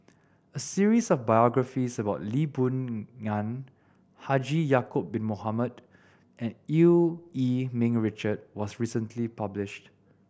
a series of biographies about Lee Boon Ngan Haji Ya'acob Bin Mohamed and Eu Yee Ming Richard was recently published